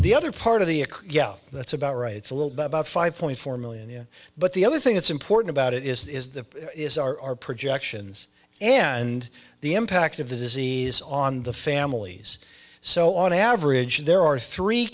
the other part of the yeah that's about right it's a little bit about five point four million but the other thing that's important about it is that is our projections and the impact of the disease on the families so on average there are three